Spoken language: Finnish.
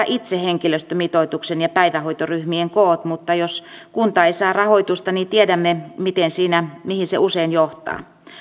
itse päättää henkilöstömitoituksen ja päivähoitoryhmien koot mutta jos kunta ei saa rahoitusta niin tiedämme mihin se usein johtaa